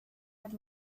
had